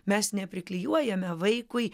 mes nepriklijuojame vaikui